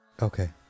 okay